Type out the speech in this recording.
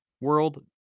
world